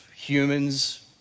humans